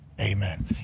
Amen